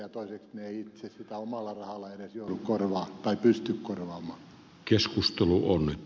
toiseksi he eivät itse sitä omalla rahallaan edes joudu tai pysty korvaamaan